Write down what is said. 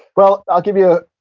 well, i'll give you ah